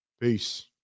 Peace